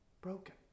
broken